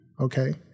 Okay